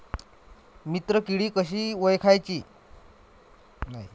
मित्र किडी कशी ओळखाची?